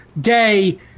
day